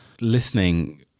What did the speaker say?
listening